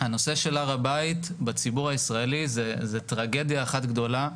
הנושא של הר הבית בציבור הישראלי זה טרגדיה אחת גדולה,